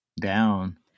down